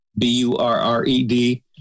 B-U-R-R-E-D